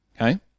okay